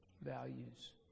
values